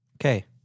Okay